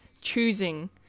choosing